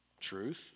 truth